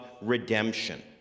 redemption